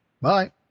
Bye